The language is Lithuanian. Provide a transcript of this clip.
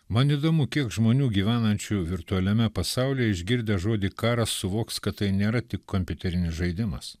man įdomu kiek žmonių gyvenančių virtualiame pasaulyje išgirdę žodį karas suvoks kad tai nėra tik kompiuterinis žaidimas